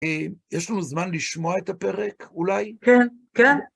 יש לנו זמן לשמוע את הפרק, אולי? כן, כן.